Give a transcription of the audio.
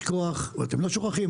אסור לשכוח ואתם לא שוכחים,